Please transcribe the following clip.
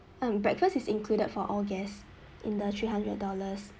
um breakfast is included for all guests in the three hundred dollars